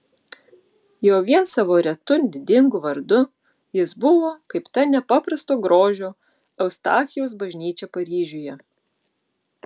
jau vien savo retu didingu vardu jis buvo kaip ta nepaprasto grožio eustachijaus bažnyčia paryžiuje